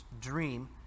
dream